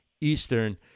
Eastern